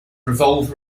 revolve